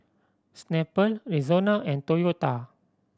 Snapple Rexona and Toyota